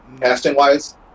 Casting-wise